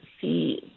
see